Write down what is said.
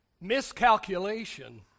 Miscalculation